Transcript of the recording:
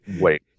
Wait